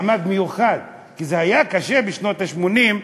מעמד מיוחד, כי זה היה קשה בשנות ה-80.